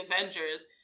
avengers